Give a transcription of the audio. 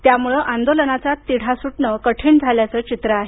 त्यामुळे आंदोलनाचा तिढा सुटणं कठीण झाल्याचंचित्र आहे